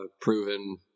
proven